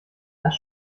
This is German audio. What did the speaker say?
das